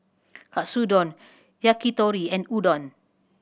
Katsudon Yakitori and Udon